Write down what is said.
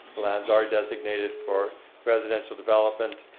lands are designated for residential development.